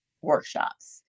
workshops